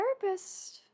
therapist